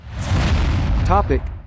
topic